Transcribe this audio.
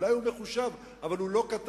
אולי הוא מחושב, אבל הוא לא קטן,